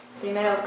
Primero